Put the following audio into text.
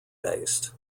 based